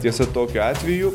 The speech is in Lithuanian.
tiesa tokiu atveju